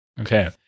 Okay